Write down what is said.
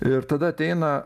ir tada ateina